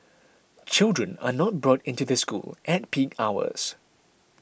children are not brought into the school at peak hours